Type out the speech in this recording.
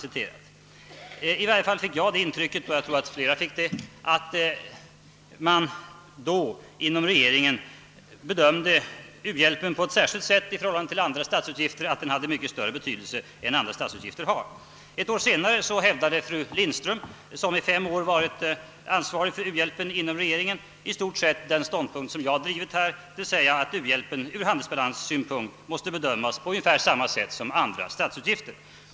Jag fick i varje fall det intrycket, och jag tror att flera fick det, att man inom regeringen då bedömde u-landshjälpen på ett särskilt sätt i förhållande till andra statsutgifter och att den hade mycket större betydelse än de andra statsutgifterna. Ett år senare hävdade fru Lindström, som i fem år varit ansvarig för u-landshjälpen inom regeringen, i stort sett den ståndpunkt som jag här har drivit, d.v.s. att u-landshjälpen ur handelsbalanssynpunkt måste bedömas på ungefär samma sätt som andra statsutgifter.